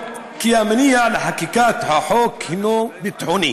כי המניע לחקיקת החוק הנו ביטחוני,